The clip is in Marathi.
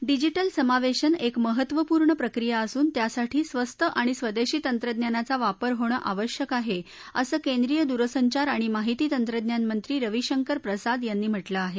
डिजिटल समावेशन एक महत्वपूर्ण प्रक्रिया असून त्यासाठी स्वस्त आणि स्वदेशी तंत्रज्ञानाचा वापर होणं आवश्यक आहे असं केंद्रीय दूरसंचार आणि माहिती तंत्रज्ञान मंत्री रवीशंकर प्रसाद यांनी म्हटलं आहे